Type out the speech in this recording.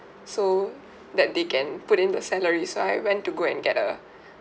so that they can put in the salary so I went to go and get a